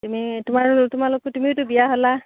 তুমি তোমাৰ তোমালোকতো তুমিও বিয়া হ'লা